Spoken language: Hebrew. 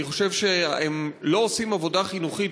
אני חושב שהם לא עושים עבודה חינוכית